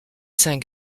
saint